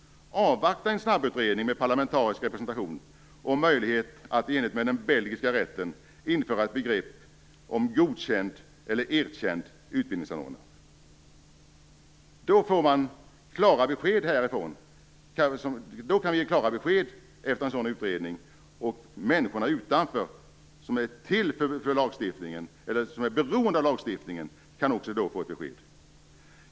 Avvakta en snabbutredning med parlamentarisk representation och möjlighet att i enlighet med den belgiska rätten införa ett begrepp om godkänd eller erkänd utbildningsanordnare. Efter en sådan utredning skulle det kunna ges klara besked från riksdagen till de människor som lagstiftningen är till för, och som är beroende av den.